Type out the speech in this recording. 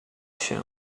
się